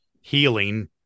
healing